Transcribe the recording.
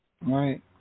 Right